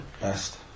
Best